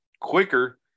quicker